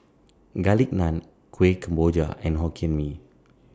Garlic Naan Kuih Kemboja and Hokkien Mee